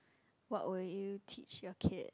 what will you teach your kid